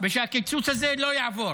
והקיצוץ הזה לא יעבור,